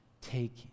Take